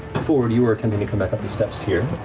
fjord, you were attempting to come back up the steps here.